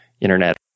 Internet